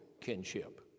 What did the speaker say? kinship